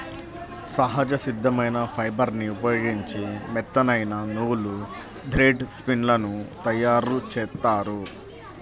సహజ సిద్ధమైన ఫైబర్ని ఉపయోగించి మెత్తనైన నూలు, థ్రెడ్ స్పిన్ లను తయ్యారుజేత్తారు